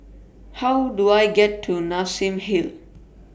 How Do I get to Nassim Hill